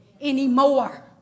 anymore